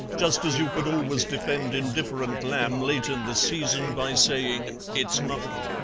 just as you could always defend indifferent lamb late in the season by saying it's mutton.